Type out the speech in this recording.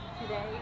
today